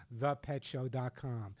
thepetshow.com